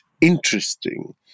interesting